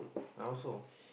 I also